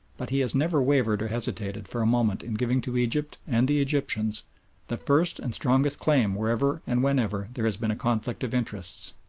but he has never wavered or hesitated for a moment in giving to egypt and the egyptians the first and strongest claim wherever and whenever there has been a conflict of interests,